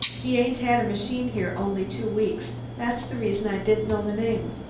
he ain't had a machine here only two weeks. that's the reason i didn't know the name.